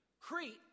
Crete